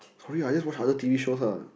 sorry I just watch other T_V shows lah